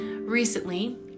Recently